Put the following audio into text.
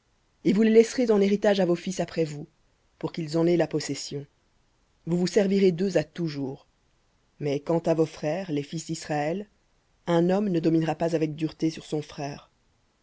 et vous les laisserez en héritage à vos fils après vous pour qu'ils en aient la possession vous vous servirez d'eux à toujours mais quant à vos frères les fils d'israël un homme ne dominera pas avec dureté sur son frère